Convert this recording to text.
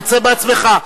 תצא בעצמך.